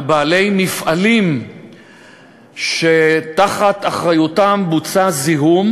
בעלי מפעלים שתחת אחריותם בוצע זיהום.